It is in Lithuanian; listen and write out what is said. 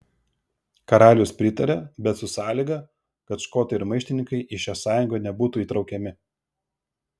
karalius pritaria bet su sąlyga kad škotai ir maištininkai į šią sąjungą nebūtų įtraukiami